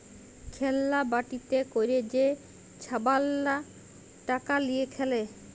খেল্লা বাটিতে ক্যইরে যে ছাবালরা টাকা লিঁয়ে খেলে